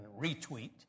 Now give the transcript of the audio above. retweet